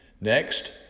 Next